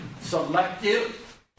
selective